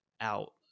out